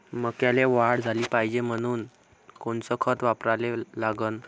मक्याले वाढ झाली पाहिजे म्हनून कोनचे खतं वापराले लागन?